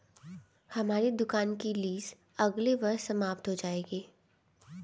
हमारी दुकान की लीस अगले वर्ष समाप्त हो जाएगी